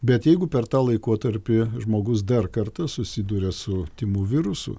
bet jeigu per tą laikotarpį žmogus dar kartą susiduria su tymų virusu